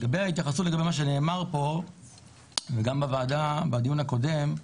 לגבי ההתייחסות למה שנאמר פה וגם בדיון הקודם בוועדה,